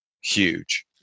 huge